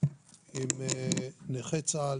עם נכי צה"ל,